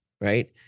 right